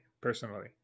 personally